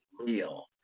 real